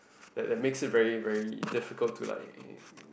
that that makes it very very difficult to like uh